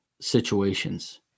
situations